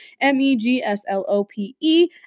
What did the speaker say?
M-E-G-S-L-O-P-E